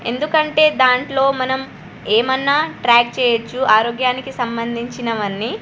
ఎందుకంటే దాంట్లో మనం ఏమైనా ట్రాక్ చేయొచ్చు ఆరోగ్యానికి సంబంధించినవి అన్నీ